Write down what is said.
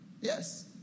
Yes